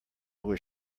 was